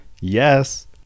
Yes